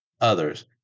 others